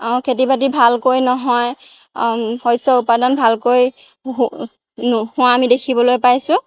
খেতি বাতি ভালকৈ নহয় শস্য উৎপাদন ভালকৈ নোহোৱা আমি দেখিবলৈ পাইছোঁ